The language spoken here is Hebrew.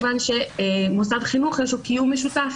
מכיוון שמוסד חינוך יש לו קיום משותף